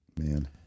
Man